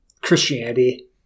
Christianity